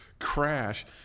crash